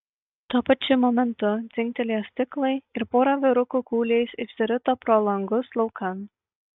tuo pačiu momentu dzingtelėjo stiklai ir pora vyrukų kūliais išsirito pro langus laukan